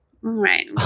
Right